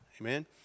Amen